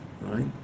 Right